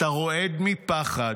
אתה רועד מפחד,